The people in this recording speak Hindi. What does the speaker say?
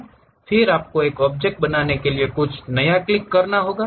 फिर आपको एक ऑब्जेक्ट बनाने के लिए कुछ नया क्लिक करना होगा